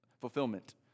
fulfillment